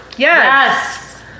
yes